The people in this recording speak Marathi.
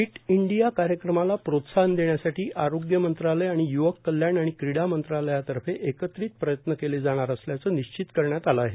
फिट इंडिया कार्यक्रमाला प्रोत्साहन देण्यासाठी आरोग्य मंत्रालय आणि युवक कल्याण आणि क्रीडा मंत्रालयातर्फे एकत्रित प्रदयत्न केले जाणार असल्याचं विश्चित करण्यात आलं आहे